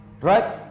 Right